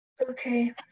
Okay